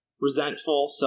resentful